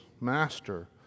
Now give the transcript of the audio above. Master